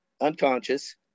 unconscious